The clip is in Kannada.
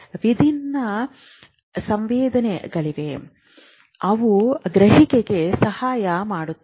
ವಿಭಿನ್ನ ಸಂವೇದನೆಗಳಿವೆ ಅವು ಗ್ರಹಿಕೆಗೆ ಸಹಾಯ ಮಾಡುತ್ತವೆ